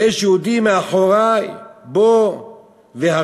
יש יהודי מאחורי, בוא והורגהו.